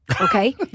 Okay